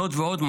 זאת ועוד,